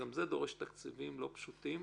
גם זה דורש תקציבים לא מעטים.